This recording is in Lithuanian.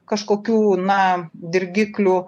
kažkokių na dirgiklių